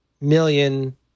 million